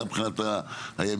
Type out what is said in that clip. גם מבחינת הימין.